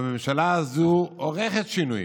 והממשלה הזו עורכת שינויים,